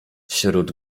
wśród